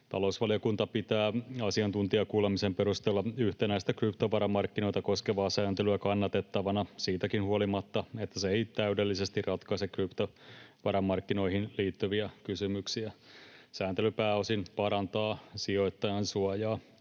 Talousvaliokunta pitää asiantuntijakuulemisen perusteella yhtenäistä kryptovaramarkkinoita koskevaa sääntelyä kannatettavana siitäkin huolimatta, että se ei täydellisesti ratkaise kryptovaramarkkinoihin liittyviä kysymyksiä. Sääntely pääosin parantaa sijoittajansuojaa.